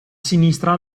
sinistra